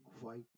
white